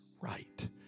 right